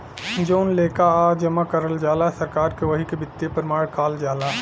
जउन लेकःआ जमा करल जाला सरकार के वही के वित्तीय प्रमाण काल जाला